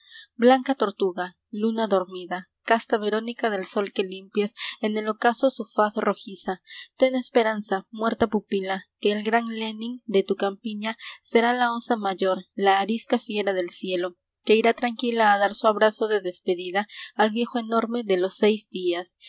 blanca tortuga luna dormida casta verónica del sol que limpias en el ocaso su faz rojiza ten esperanza l i b r o d e p o e m a s muerta pupila que el gran lenin de tu campiña será la osa mayor la arisca fiera del cielo que irá tranquila a dar su abrazo de despedida al viejo enorme de los seis días